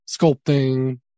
sculpting